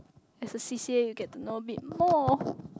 as a C_C_A you get to know a bit more